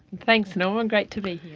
thanks norman, great to be here.